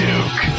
Duke